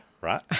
right